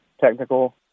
technical